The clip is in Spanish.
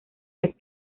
las